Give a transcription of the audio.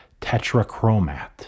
tetrachromat